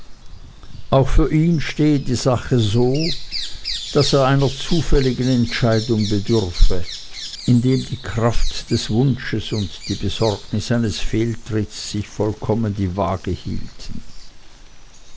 auch für ihn stehe die sache so daß er einer zufälligen entscheidung bedürfe indem die kraft des wunsches und die besorgnis eines fehltrittes sich vollkommen die waage hielten